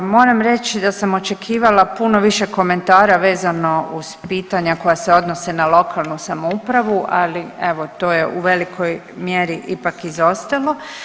Moram reći da sam očekivala puno više komentara vezano uz pitanja koja se odnose na lokalnu samoupravu, ali evo, to je u velikoj mjeri ipak izostalo.